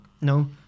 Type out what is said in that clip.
No